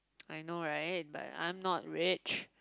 I know right but I'm not rich